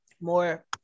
more